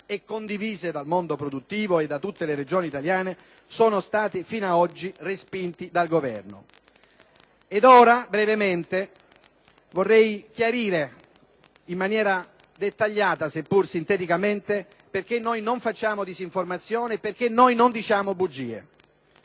condiviso dal mondo produttivo e da tutte le Regioni - sono state fino ad oggi respinte dal Governo. Ed ora, brevemente, vorrei chiarire in maniera dettagliata, seppur sintetica, la nostra posizione, perché noi non facciamo disinformazione e non diciamo bugie.